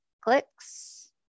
clicks